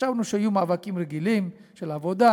חשבנו שיהיו מאבקים רגילים של עבודה,